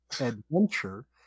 adventure